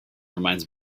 reminds